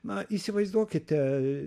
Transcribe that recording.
na įsivaizduokite